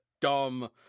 dumb